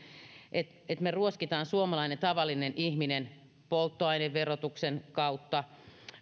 että että me ruoskimme suomalaisen tavallisen ihmisen polttoaineverotuksen kautta